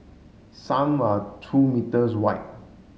some are two meters wide